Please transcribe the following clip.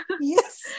yes